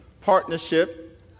partnership